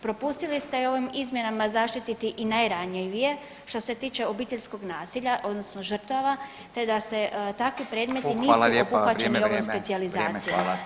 Propustili ste i ovim izmjenama zaštititi i najranjivije što se tiče obiteljskog nasilja, odnosno žrtava, te da se takvi predmeti nisu obuhvaćeni ovom specijalizacijom.